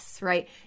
right